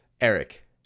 Eric